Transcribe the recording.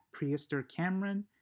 PriesterCameron